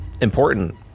important